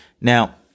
Now